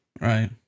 right